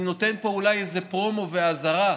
אני נותן פה אולי איזה פרומו ואזהרה,